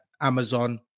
Amazon